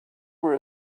were